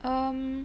um